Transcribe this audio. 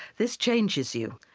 this changes you.